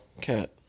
Cat